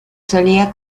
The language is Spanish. solía